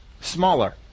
smaller